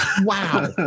Wow